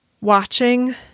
watching